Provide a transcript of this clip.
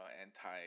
anti